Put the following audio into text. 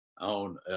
On